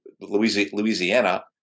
Louisiana